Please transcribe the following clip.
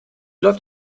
läuft